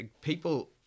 people